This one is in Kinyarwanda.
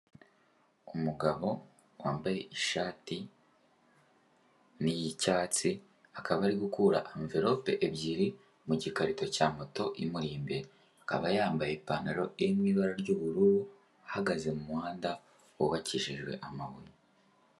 Umugabo wambaye ishati n'iyicyatsi akaba ari gukura amvelope ebyiri mu gikarito cya moto imuri imbere. Akaba yambaye ipantaro iri mu ibara ry'ubururu, ihagaze mu muhanda wubakishije amabuye.